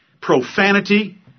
profanity